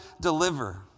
deliver